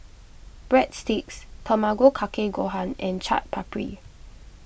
Breadsticks Tamago Kake Gohan and Chaat Papri